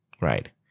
right